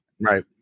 Right